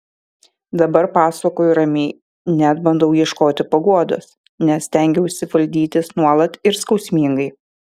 dabar pasakoju ramiai net bandau ieškoti paguodos nes stengiausi valdytis nuolat ir skausmingai